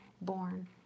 born